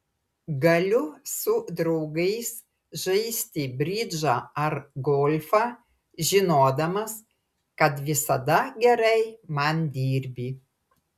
galiu su draugais žaisti bridžą ar golfą žinodamas kad visada gerai man dirbi